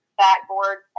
backboard